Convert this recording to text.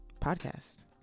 podcast